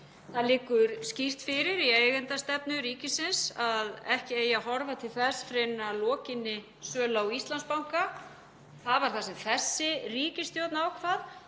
Það liggur skýrt fyrir í eigendastefnu ríkisins að ekki eigi að horfa til þess fyrr en að lokinni sölu á Íslandsbanka. Það var það sem þessi ríkisstjórn ákvað